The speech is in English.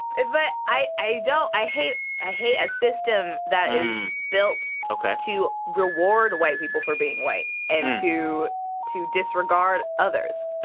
but i i don't. i hate ah hate a system that is built. ok. to reward white people for being white and to to disregard others.